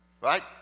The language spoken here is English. Right